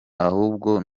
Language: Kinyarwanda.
ahubwo